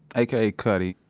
aka cutty.